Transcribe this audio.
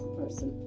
person